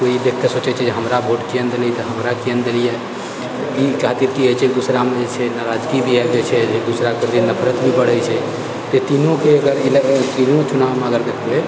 कोइ ई देखिकऽ सोचै छै कि हमरा भोट किया नहि देलही तऽ हमरा किया नहि देलिऐ ई खातिर की होइत छै दूसरामे जे छै नाराजगी भी आबि जाइत छै एक दूसराके नफरत भी बढ़ैत छै ई तीनूके अगर तीनू चुनावमे अगर देखबै